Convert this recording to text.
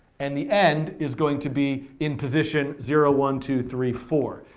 and the end is going to be in position zero, one, two, three, four,